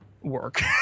work